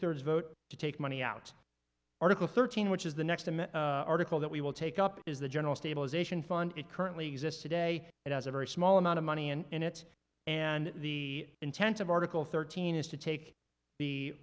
thirds vote to take money out article thirteen which is the next article that we will take up is the general stabilization fund it currently exists today it has a very small amount of money and in it and the intent of article thirteen is to take the